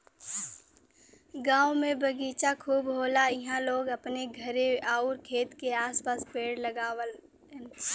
गांव में बगीचा खूब होला इहां लोग अपने घरे आउर खेत के आस पास पेड़ लगावलन